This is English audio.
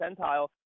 percentile